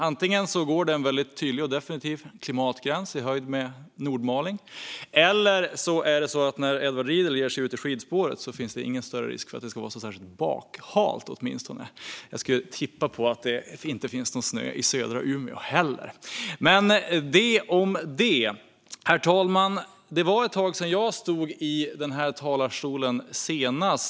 Antingen går det en väldigt tydlig och definitiv klimatgräns i höjd med Nordmaling, eller så finns det åtminstone ingen större risk för att det blir särskilt bakhalt när Edward Riedl ger sig ut i skidspåret. Jag tippar att det inte heller i södra Umeå finns någon snö. Det om det. Herr talman! Det var ett tag sedan jag senast stod i den här talarstolen.